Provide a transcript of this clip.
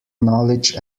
knowledge